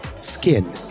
skin